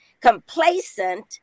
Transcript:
complacent